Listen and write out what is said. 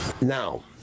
Now